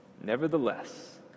Nevertheless